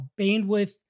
bandwidth